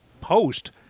post